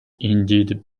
indeed